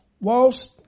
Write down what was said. Whilst